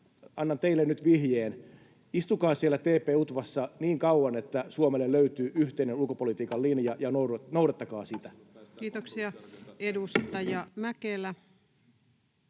annan teille nyt vihjeen: istukaa siellä TP-UTVAssa niin kauan, että Suomelle löytyy yhteinen ulkopolitiikan linja, ja noudattakaa sitä. [Speech 55] Speaker: